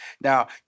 Now